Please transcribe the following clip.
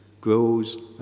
grows